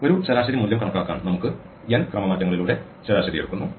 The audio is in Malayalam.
ഒരു ശരാശരി മൂല്യം കണക്കാക്കാൻ നമുക്ക് n ക്രമമാറ്റങ്ങളിലൂടെ ശരാശരിയെടുക്കുന്നു